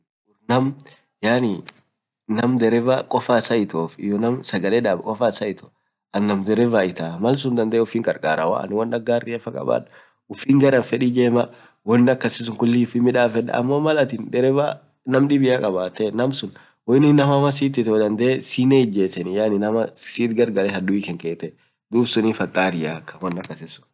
naam derevaa kofaa issa itoof hiyoo naam sagalee daab kofaa issa itoo, naam derevaa itaa malsuun woan garia kabaad malsun garan feed ijemaa woan akasii suun kulii ufiin midafedaa amoo malatin derevaa naam dibiaa kabaat naam hamaa siit itoo dandee siinen hiijesaa, siit gargalee hadui tantee itoo suniif hatariaa.